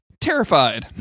terrified